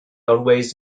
always